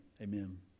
amen